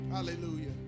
Hallelujah